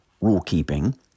rule-keeping